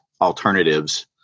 alternatives